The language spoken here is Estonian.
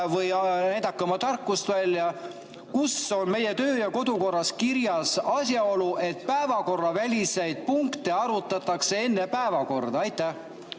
või näidake oma tarkust välja. Kus on meie töö‑ ja kodukorras kirjas asjaolu, et päevakorraväliseid punkte arutatakse enne päevakorda? Aitäh